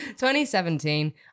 2017